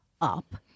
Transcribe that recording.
up